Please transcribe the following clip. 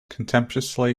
contemptuously